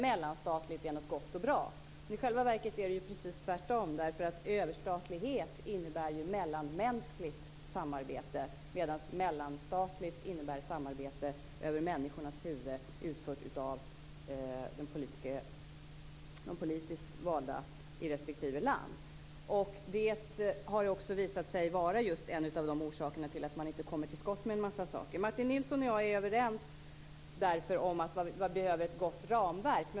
Mellanstatlighet är däremot något gott och bra. I själva verket är det ju precis tvärtom. Överstatlighet innebär ju mellanmänskligt samarbete medan mellanstatlighet innebär samarbete över människornas huvuden utfört av de politiskt valda i respektive land. Det har också visat sig vara en av orsakerna till att man inte kommer till skott med en massa saker. Martin Nilsson och jag är därför överens om att vi behöver ett gott ramverk.